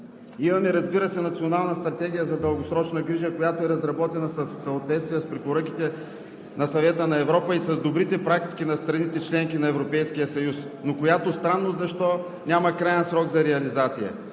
имаме, разбира се, Национална стратегия за дългосрочна грижа, разработена в съответствие с препоръките на Съвета на Европа и с добрите практики на страните – членки на Европейския съюз, но която странно защо няма краен срок за реализация.